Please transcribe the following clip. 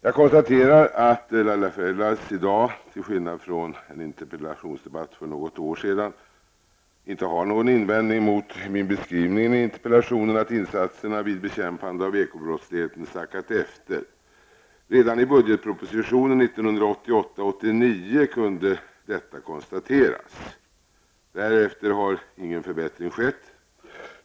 Jag konstaterar att Laila Freivalds i dag -- till skillnad från en interpellationsdebatt för något år sedan -- inte har någon invändning mot min beskrivning i interpellationen, att insatserna vid bekämpande av ekobrottsligheten sackat efter. Redan i budgetpropositionen 1988/89 kunde detta konstateras. Därefter har ingen förbättring skett.